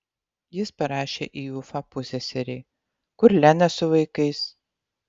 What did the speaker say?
jis parašė į ufą pusseserei kur lena su vaikais